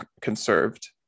conserved